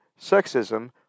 sexism